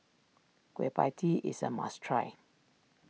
Kueh Pie Tee is a must try